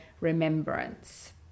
remembrance